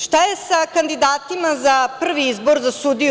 Šta je sa kandidatima za prvi izbor za sudiju?